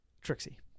Trixie